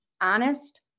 Honest